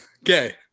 okay